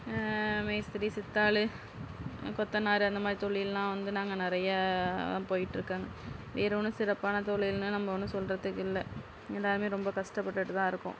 மேஸ்த்ரி சித்தாள் கொத்தனார் அந்த மாதிரி தொழில்லாம் வந்து நாங்கள் நிறையா தான் போயிட் இருக்காங்க வேறு ஒன்றும் சிறப்பான தொழில்ன்னு நம்ம ஒன்றும் சொல்லுறதுக்கு இல்லை எல்லாருமே ரொம்ப கஷ்டப்பட்டுட்டு தான் இருக்கோம்